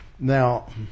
Now